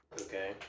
okay